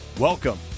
Welcome